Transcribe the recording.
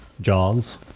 Jaws